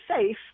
safe